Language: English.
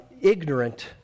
ignorant